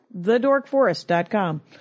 thedorkforest.com